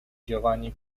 giovanni